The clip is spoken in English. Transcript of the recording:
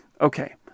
Okay